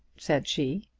said she.